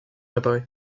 réparé